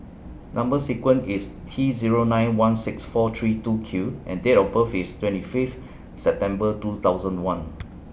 Number sequence IS T Zero nine one six four three two Q and Date of birth IS twenty Fifth September two thousand and one